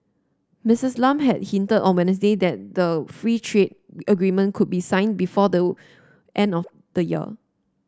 Missus Lam had hinted on Wednesday that the free trade agreement could be signed before the end of the year